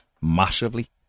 massively